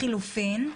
לחילופין,